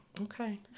Okay